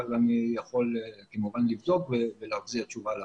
אבל אני יכול כמובן לבדוק ולהחזיר תשובה לוועדה.